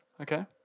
Okay